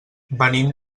venim